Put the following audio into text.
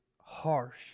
harsh